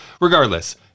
Regardless